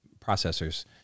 processors